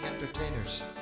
entertainers